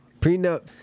Prenup